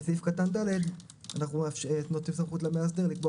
בסעיף קטן (ד) אנו נותנים סמכות למאסדר לקבוע